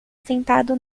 sentado